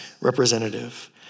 representative